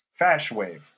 Fashwave